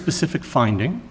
specific finding